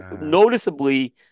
noticeably